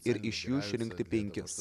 ir iš jų išrinkti penkis